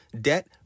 debt